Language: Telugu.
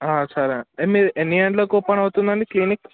సరే అండి మీది ఎన్ని గంటలకి ఓపెన్ అవుతుంది అండి క్లినిక్